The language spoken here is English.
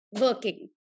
working